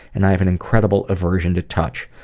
and i have an incredible aversion to touch,